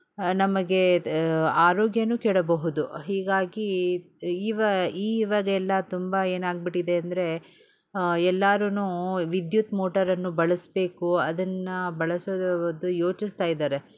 ನಮಗೆ ಆರೋಗ್ಯ ಕೆಡಬಹುದು ಹೀಗಾಗಿ ಈವ ಈ ಇವದೆಲ್ಲ ತುಂಬ ಏನಾಗಿಬಿಟ್ಟಿದೆ ಅಂದರೆ ಎಲ್ಲಾರು ವಿದ್ಯುತ್ ಮೋಟರನ್ನು ಬಳಸಬೇಕು ಅದನ್ನು ಬಳಸೋದು ಯೋಚಿಸ್ತಾ ಇದ್ದಾರೆ